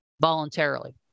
voluntarily